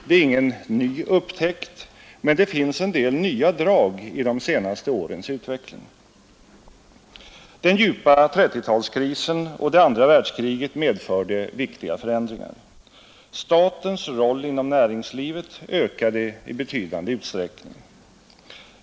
Det är ingen ny upptäckt, men det finns en del nya drag i de senaste årens utveckling. Den djupa trettiotalskrisen och det andra världskriget medförde viktiga förändringar. Statens roll inom näringslivet ökade i betydande utsträckning.